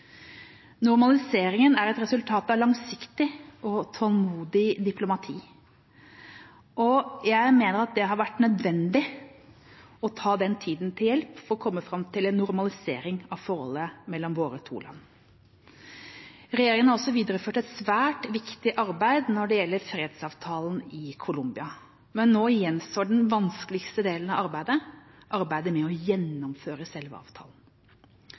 Normaliseringen er et resultat av langsiktig og tålmodig diplomati. Jeg mener det har vært nødvendig å ta den tida til hjelp for å komme fram til en normalisering av forholdet mellom våre to land. Regjeringa har også videreført et svært viktig arbeid når det gjelder fredsavtalen i Colombia, men nå gjenstår den vanskeligste delen av arbeidet – arbeidet med å gjennomføre selve avtalen.